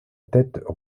tête